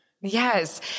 Yes